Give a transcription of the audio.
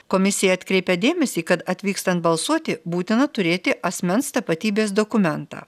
komisija atkreipė dėmesį kad atvykstant balsuoti būtina turėti asmens tapatybės dokumentą